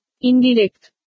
Indirect